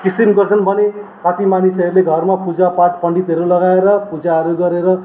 किसिम गर्छन् भने कति मानिसहरूले घरमा पूजा पाठ पण्डितहरू लगाएर पूजाहरू गरेर